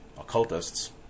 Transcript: occultists